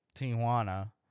Tijuana